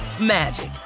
magic